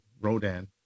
Rodan